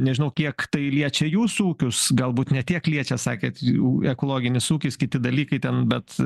nežinau kiek tai liečia jūsų ūkius galbūt ne tiek liečia sakėt jų ekologinis ūkis kiti dalykai ten bet